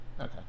Okay